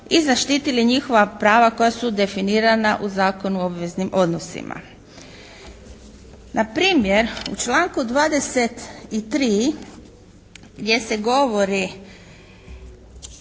i zaštitili njihova prava koja su definirana u Zakonu o obveznim odnosima. Na primjer, u članku 23. gdje se govori